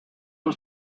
was